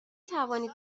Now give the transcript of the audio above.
توانید